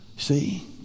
see